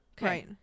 Right